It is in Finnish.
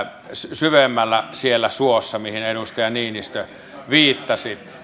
syvemmällä siellä suossa mihin edustaja niinistö viittasi